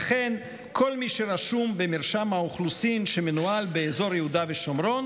וכן כל מי שרשום במרשם האוכלוסין שמנוהל באזור יהודה ושומרון